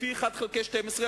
לפי 1 חלקי 12,